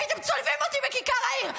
הייתם צולבים אותי בכיכר העיר.